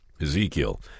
Ezekiel